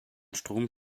strom